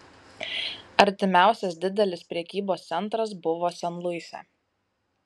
artimiausias didelis prekybos centras buvo sen luise